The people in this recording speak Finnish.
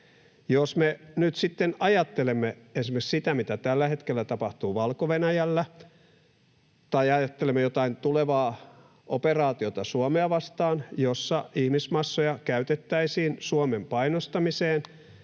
ajattelemme esimerkiksi sitä, mitä tällä hetkellä tapahtuu Valko-Venäjällä, tai ajattelemme jotain tulevaa operaatiota Suomea vastaan, jossa ihmismassoja käytettäisiin Suomen painostamiseen,